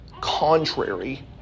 contrary